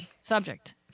Subject